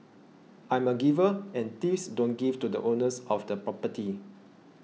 I'm a giver and thieves don't give to the owners of the property